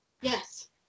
Yes